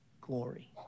glory